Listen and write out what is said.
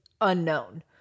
unknown